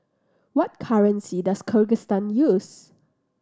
what currency does Kyrgyzstan use